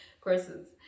courses